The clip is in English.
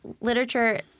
literature